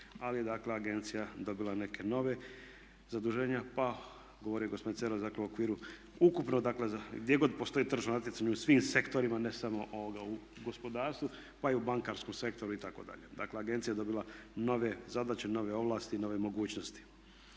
ali dakle agencija je dobila neke nove zaduženja pa govorio je gospodin Cerovac dakle u okviru ukupno dakle gdje god postoji tržno natjecanje u svim sektorima ne samo u gospodarstvu, pa i u bankarskom sektoru itd. Dakle, agencija je dobila nove zadaće, nove ovlasti, nove mogućnosti.